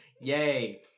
Yay